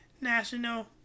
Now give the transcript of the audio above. national